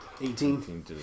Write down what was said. Eighteen